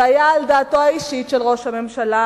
זה היה על דעתו האישית של ראש הממשלה,